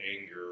anger